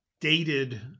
dated